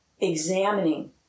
examining